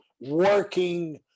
working